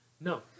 No